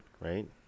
right